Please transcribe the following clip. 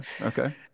okay